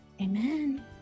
Amen